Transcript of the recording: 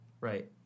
Right